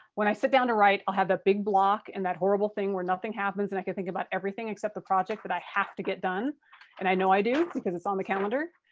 when i sit down to write i'll have that big block and that horrible thing where nothing happens and i can think about everything except the project that i have to get done and i know i do because it's on the calendar.